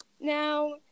Now